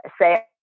say